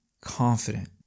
confident